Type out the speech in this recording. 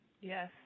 Yes